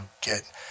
get